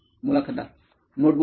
मुलाखतदार नोटबुकवर